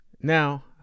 now